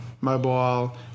mobile